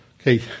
Okay